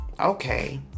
Okay